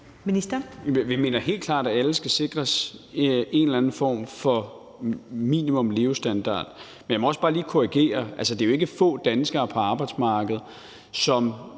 Vi mener helt klart, at alle skal sikres en eller anden form for minimumslevestandard, men jeg må også bare lige korrigere: Det er jo ikke få danskere på arbejdsmarkedet, det